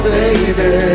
baby